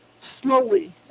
slowly